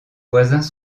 voisins